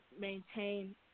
maintain